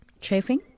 chafing